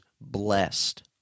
blessed